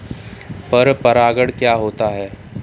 पर परागण क्या होता है?